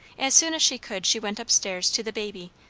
as soon as she could she went up-stairs to the baby,